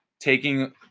taking